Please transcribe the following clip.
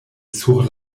sur